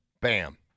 Bam